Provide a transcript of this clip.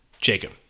Jacob